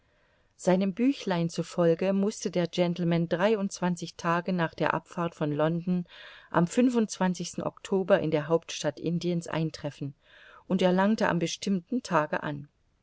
seinem büchlein zufolge mußte der gentleman dreiundzwanzig tage nach der abfahrt von london am oktober in der hauptstadt indiens eintreffen und er langte am bestimmten tage an